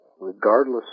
regardless